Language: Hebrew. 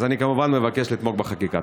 אז אני כמובן מבקש לתמוך בחקיקה.